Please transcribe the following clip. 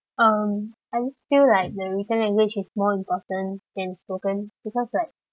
um I'm still like the written language is more important than spoken because like